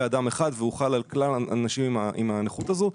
אדם אחד והוחל על כלל האנשים עם הנכות הזו.